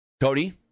Cody